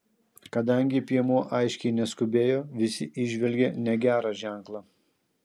kadangi piemuo aiškiai neskubėjo visi įžvelgė negerą ženklą